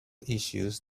issues